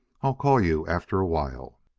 i'll call you after a while.